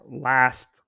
last